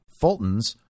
Fulton's